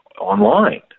online